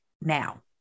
now